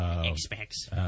expects